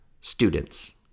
students